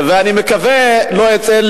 אני מקווה שלא אצל